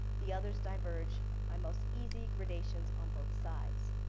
the others diverged by most ezeak predations on both sides.